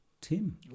Tim